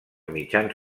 mitjans